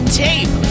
tape